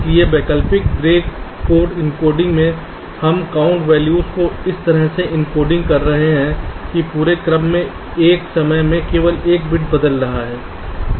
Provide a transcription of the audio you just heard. इसलिए वैकल्पिक gray code encoding में हम काउंट वैल्यूज को इस तरह से एन्कोडिंग कर रहे हैं कि पूरे क्रम में एक समय में केवल एक बिट बदल रहा है